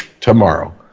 tomorrow